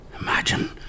Imagine